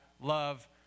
love